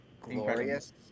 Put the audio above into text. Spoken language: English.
glorious